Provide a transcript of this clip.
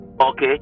okay